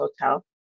hotel